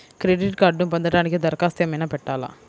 Credit కార్డ్ను పొందటానికి దరఖాస్తు ఏమయినా పెట్టాలా?